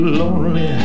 lonely